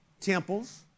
temples